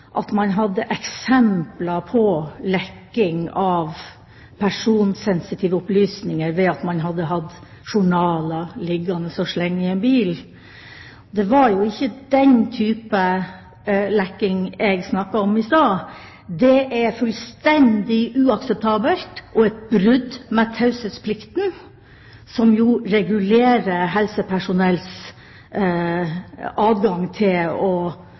at man hadde eksempler på lekking av personsensitive opplysninger, ved at noen hadde hatt journaler liggende og slenge i en bil. Det var jo ikke den slags lekking jeg snakket om i stad. Det er fullstendig uakseptabelt og et brudd med taushetsplikten, som jo regulerer helsepersonells adgang til å